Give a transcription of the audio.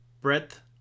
breadth